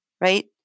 Right